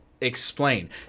explain